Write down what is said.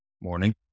Morning